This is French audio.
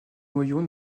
noyau